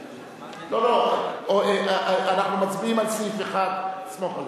לא, אנחנו מצביעים על סעיף 1, סמוך עלי.